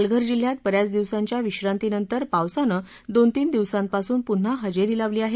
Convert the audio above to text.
पालघर जिल्ह्यात बऱ्याच दिवसांच्या विश्रांती नंतर पावसानं दोन तीन दिवसांपासून पुन्हा हजेरी लावली आहे